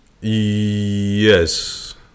Yes